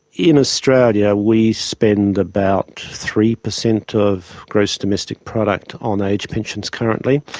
in australia we spend about three per cent of gross domestic product on age pensions currently,